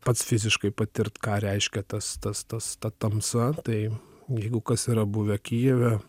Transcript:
pats fiziškai patirt ką reiškia tas tas tas ta tamsa tai jeigu kas yra buvę kijeve